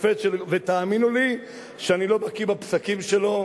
ותאמינו לי שאני לא בקי בפסקים שלו.